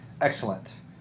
Excellent